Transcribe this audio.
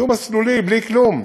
דו-מסלולי, בלי כלום.